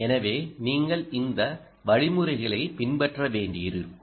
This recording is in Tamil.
எனவே நீங்கள் இந்த வழிமுறைகளைப் பின்பற்ற வேண்டியிருக்கும்